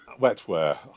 wetware